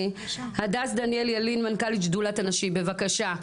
הדס דניאל ילין מנכ"לית שדולת הנשים בבקשה,